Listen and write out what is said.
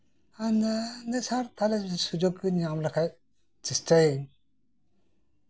ᱟᱫᱚᱧ ᱢᱮᱱᱫᱟ ᱥᱟᱨ ᱥᱩᱡᱳᱜ ᱤᱧ ᱧᱟᱢ ᱞᱮᱠᱷᱟᱡ ᱪᱮᱥᱴᱟᱭᱟᱹᱧ